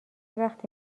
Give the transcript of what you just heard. وقتی